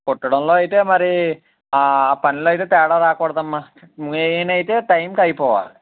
కుట్టడంలో అయితే మరి పనిలో అయితే తేడా రాకూడదమ్మ మెయిన్ అయితే టైమ్కి అయిపోవాలి